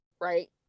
right